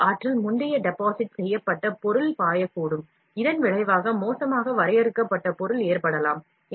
அதிக ஆற்றல் முந்தைய டெபாசிட் செய்யப்பட்ட பொருள் பாயக்கூடும் இதன் விளைவாக மோசமாக வரையறுக்கப்பட்ட பொருள் ஏற்படலாம்